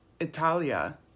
Italia